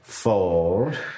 Fold